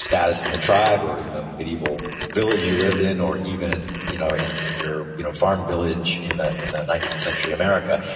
status in the tribe or in the medieval village you lived in or even you know in in your you know farm village in the in the nineteenth century america.